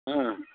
ಹಾಂ